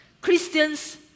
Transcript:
Christians